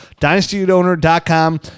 DynastyOwner.com